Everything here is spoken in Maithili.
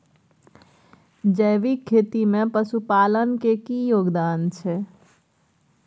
जैविक खेती में पशुपालन के की योगदान छै?